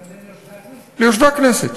אתה מתכוון ליושבי הכנסת.